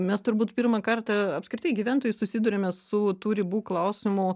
mes turbūt pirmą kartą apskritai gyventojai susiduriame su tų ribų klausimu